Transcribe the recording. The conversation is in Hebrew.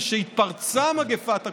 וכשהיא פרצה, מגפת הקורונה,